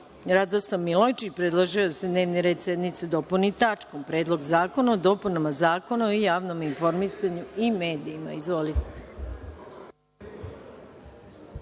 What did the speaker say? Radoslav Milojičić predložio je da se dnevni red sednice dopuni tačkom – Predlog zakona o dopunama Zakona o javnom informisanju i medijima. Reč